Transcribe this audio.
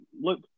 look